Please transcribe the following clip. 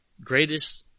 greatest